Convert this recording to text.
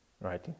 right